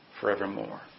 forevermore